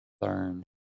learn